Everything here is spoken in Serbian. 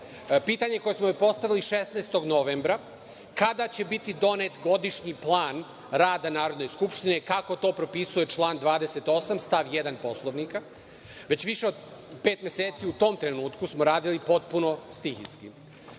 Pitanje koje smo joj postavili 16. novembra – kada će biti donet godišnji plan rada Narodne skupštine, kako to propisuje član 28. stav 1. Poslovnika? Već više od pet meseci, u tom trenutku, smo radili potpuno stihijski.